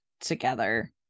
Together